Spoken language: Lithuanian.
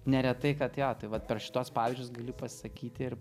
neretai kad jo tai vat per šituos pavyzdžius galiu pasakyti